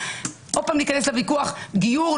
עוד פעם ניכנס לוויכוח על הגיור,